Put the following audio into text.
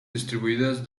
distribuidas